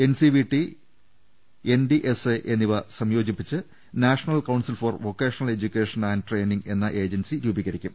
NCVT NDSA എന്നിവ സംയോജിപ്പിച്ച് national council for vocational education and training എന്ന ഏജൻസി രൂപീകരിക്കും